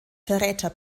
verräter